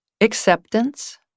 acceptance